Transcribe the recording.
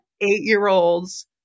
eight-year-olds